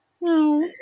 No